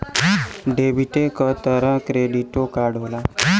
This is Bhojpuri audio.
डेबिटे क तरह क्रेडिटो कार्ड होला